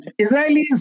Israelis